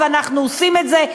ואנחנו עושים את זה,